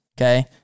Okay